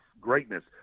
greatness